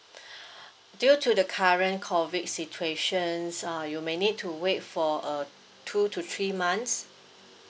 due to the current COVID situations uh you may need to wait for a two to three months